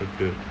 okay